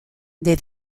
des